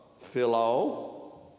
Philo